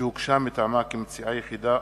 שהוגשה מטעמה כמציעה יחידה,